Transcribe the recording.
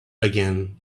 again